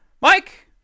Mike